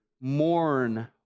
mourn